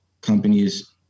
Companies